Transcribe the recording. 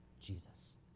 Jesus